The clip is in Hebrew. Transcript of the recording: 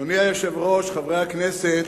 אדוני היושב-ראש, חברי הכנסת,